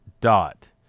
dot